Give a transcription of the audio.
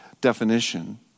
definition